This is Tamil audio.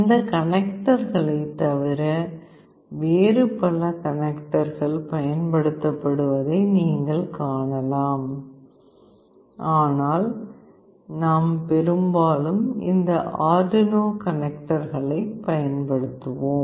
இந்த கனெக்டர்களைத் தவிர வேறு பல கனெக்டர்கள் பயன்படுத்தப்படுவதை நீங்கள் காணலாம் ஆனால் நாம் பெரும்பாலும் இந்த Arduino கனெக்டர்களைப் பயன்படுத்துவோம்